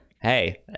hey